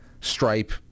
Stripe